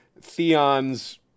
Theon's